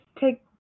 take